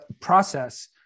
process